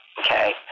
okay